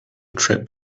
trip